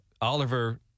Oliver